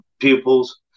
pupils